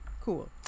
Cool